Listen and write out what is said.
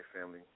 family